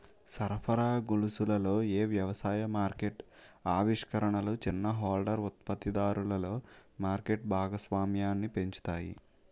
సరఫరా గొలుసులలో ఏ వ్యవసాయ మార్కెట్ ఆవిష్కరణలు చిన్న హోల్డర్ ఉత్పత్తిదారులలో మార్కెట్ భాగస్వామ్యాన్ని పెంచుతాయి?